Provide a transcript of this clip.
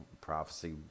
prophecy